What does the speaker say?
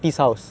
ya